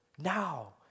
Now